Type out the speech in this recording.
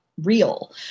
real